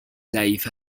ضعیف